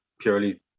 purely